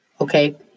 Okay